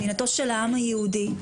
מדינתו של העם היהודי,